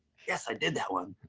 yes, i did that one.